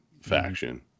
faction